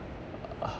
uh